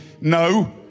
No